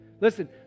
listen